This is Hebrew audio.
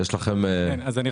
יש לכם מה להשיב?